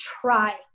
try